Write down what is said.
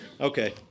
Okay